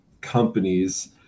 companies